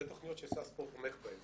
אלה תכניות ששר הספורט תומך בהן.